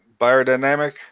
biodynamic